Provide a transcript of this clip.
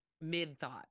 mid-thought